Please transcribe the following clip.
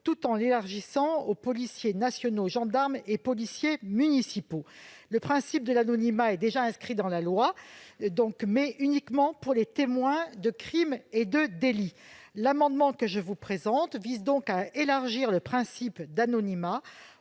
tout en l'élargissant aux policiers nationaux, gendarmes et policiers municipaux. Le principe de l'anonymat est déjà inscrit dans la loi, mais uniquement pour les témoins de crimes ou de délits. Cet amendement vise donc à élargir le principe d'anonymat